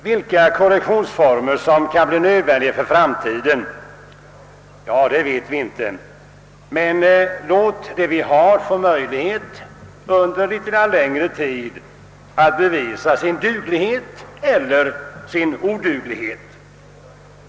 Vilka korrektionsformer som kan bli nödvän diga för framtiden, vet vi inte, men låt dem vi har få litet längre tid på sig att bevisa sin duglighet — eller sin oduglighet!